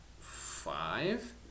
five